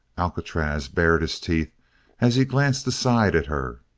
alcatraz bared his teeth as he glanced aside at her.